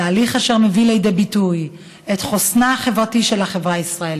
תהליך אשר מביא לידי ביטוי את חוסנה החברתי של החברה הישראלית.